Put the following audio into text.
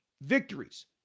victories